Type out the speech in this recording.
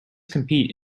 compete